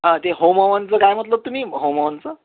हां ते होमहवनचं काय म्हटलं तुम्ही होमहवनचं